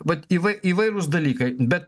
vat įvai įvairūs dalykai bet